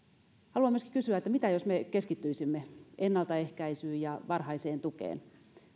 haluan myöskin kysyä että mitä jos me keskittyisimme ennaltaehkäisyyn ja varhaiseen tukeen